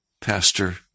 pastor